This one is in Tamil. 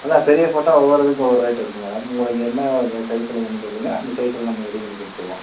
அதான் பெரிய ஃபோட்டோ ஒவ்வொரு இதுக்கு ஒவ்வொரு ரேட்டு இருக்குது மேடம் உங்களுக்கு என்ன வ சைஸில் வேணும் சொல்லுங்கள் அந்த சைஸில் நம்ம ரெடி பண்ணிக் கொடுத்துருவோம்